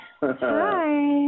Hi